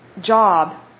job